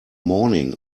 morning